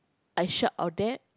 I shout all that